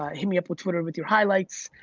ah hit me up with twitter with your highlights,